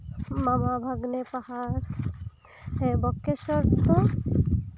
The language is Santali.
ᱢᱟᱢᱟ ᱵᱷᱟᱜᱱᱮ ᱯᱟᱦᱟᱲ ᱵᱚᱠᱠᱮᱥᱚᱨ ᱫᱚ